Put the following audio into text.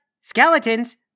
skeletons